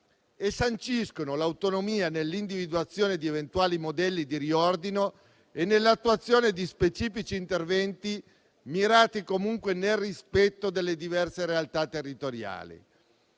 e sanciscono l'autonomia nell'individuazione di eventuali modelli di riordino e nell'attuazione di specifici interventi mirati, comunque nel rispetto delle diverse realtà territoriali.